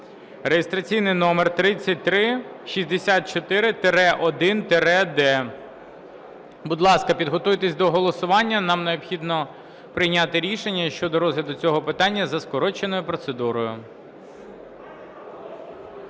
(реєстраційний номер 3364-1-д). Будь ласка, підготуйтесь до голосування. Нам необхідно прийняти рішення щодо розгляду цього питання за скороченою процедурою.